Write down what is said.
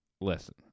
listen